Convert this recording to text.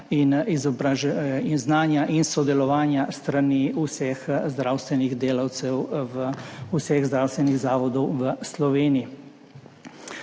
izobraževanja in sodelovanja s strani zdravstvenih delavcev vseh zdravstvenih zavodov v Sloveniji.